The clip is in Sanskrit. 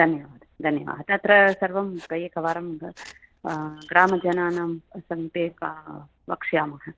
धन्यवादः धन्यवादः तत्र सर्वं एकवारं ग्रामजनानां समीपे वक्ष्यामः